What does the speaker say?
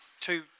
two